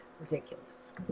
ridiculous